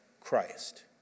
christ